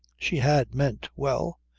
she had meant well,